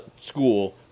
school